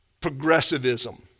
progressivism